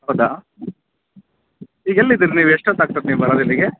ಹೌದಾ ಈಗೆಲ್ಲಿದ್ದೀರಾ ನೀವು ಎಷ್ಟೊತ್ತು ಆಗ್ತದೆ ನೀವು ಬರೋದಿಲ್ಲಿಗೆ